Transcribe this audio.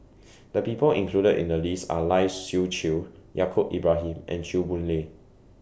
The People included in The list Are Lai Siu Chiu Yaacob Ibrahim and Chew Boon Lay